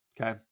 okay